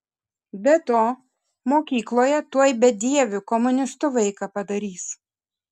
be to mokykloje tuoj bedieviu komunistu vaiką padarys